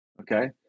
okay